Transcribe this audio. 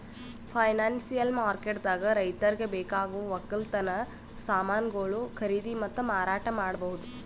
financial ಮಾರ್ಕೆಟ್ದಾಗ್ ರೈತರಿಗ್ ಬೇಕಾಗವ್ ವಕ್ಕಲತನ್ ಸಮಾನ್ಗೊಳು ಖರೀದಿ ಮತ್ತ್ ಮಾರಾಟ್ ಮಾಡ್ಬಹುದ್